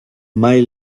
mai